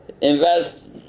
invest